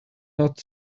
not